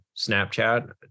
Snapchat